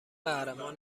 قهرمان